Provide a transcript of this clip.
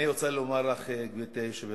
גברתי היושבת-ראש,